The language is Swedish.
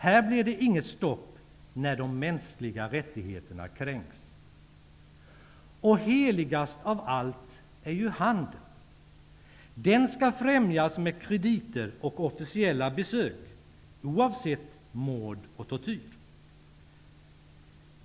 Här blir det inget stopp när de mänskliga rättigheterna kränks. Heligast av allt är ju handeln. Den skall främjas med krediter och officiella besök, oavsett mord och tortyr.